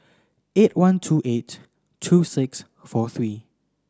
eight one two eight two six four three